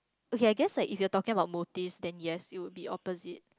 okay just like if you talking about motive then you have you will be opposite